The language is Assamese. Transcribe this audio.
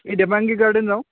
এই দেবাংগী গাৰ্ডেন যাওঁ